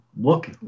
look